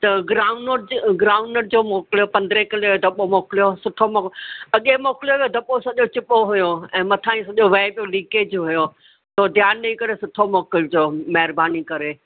groundnut ज त groundnut जो मोकिलियो पंद्रहे किलो जो दॿो मोकिलियो सुठो मो अॻे मोकिलियव दॿो सॼो चिॿो हुओ ऐं मथां ई सॼो वहे पियो लीकेज हुओ पोइ ध्यानु ॾेई करे सुठो मोकिलिजो महिरबानी करे